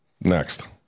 Next